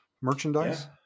merchandise